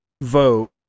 vote